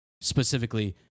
specifically